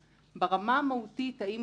אבל ברמה המהותית האם